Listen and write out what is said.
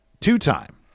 two-time